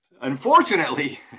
unfortunately